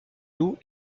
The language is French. loups